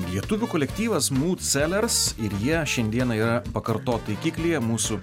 lietuvių kolektyvas mūd selers ir jie šiandieną yra pakartot taikiklyje mūsų